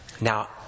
Now